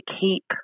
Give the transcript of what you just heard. keep